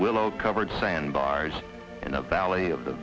willow covered sand bars in a valley of the